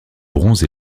bronze